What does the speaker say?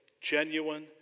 genuine